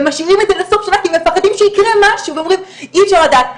ומשאירים את זה לסוף רק כי מפחדים שיקרה משהו ואומרים אי אפשר לדעת.